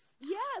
yes